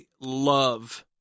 love